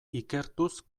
ikertuz